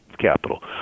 capital